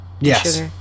Yes